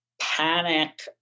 panic